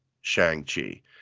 Shang-Chi